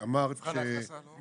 את אמרת שיש